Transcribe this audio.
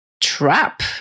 trap